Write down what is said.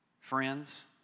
friends